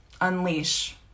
unleash